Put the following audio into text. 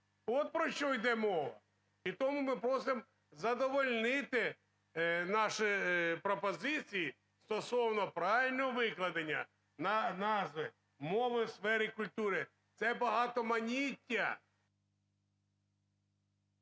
От про що йде мова. І тому ми просимо задовільнити наші пропозиції стосовно правильного викладення назви – "Мови у сфері культури". Це багатоманіття.